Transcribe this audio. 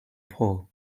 pole